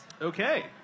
Okay